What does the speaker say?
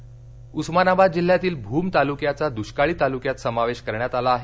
दष्काळ पाहणी उस्मानाबाद जिल्ह्यातील भूम तालुक्याचा दुष्काळी तालुक्यात समावेश करण्यात आला आहे